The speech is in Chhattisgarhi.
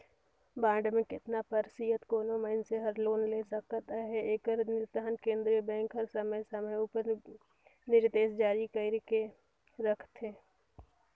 बांड में केतना परतिसत कोनो मइनसे हर लोन ले सकत अहे एकर निरधारन केन्द्रीय बेंक हर समे समे उपर निरदेस जारी कइर के रखथे